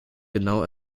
genau